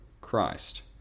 Christ